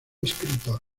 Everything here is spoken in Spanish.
escritor